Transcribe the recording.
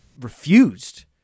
refused